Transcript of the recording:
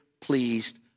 pleased